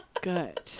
Good